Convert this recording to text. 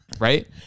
right